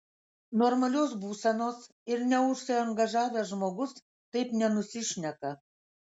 normalios būsenos ir neužsiangažavęs žmogus taip nenusišneka